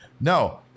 No